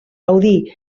gaudir